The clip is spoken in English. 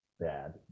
bad